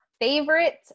favorite